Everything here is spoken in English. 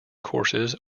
courses